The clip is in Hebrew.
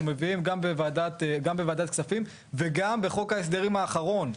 מביאים גם בוועדת כספים וגם בחוק ההסדרים האחרון.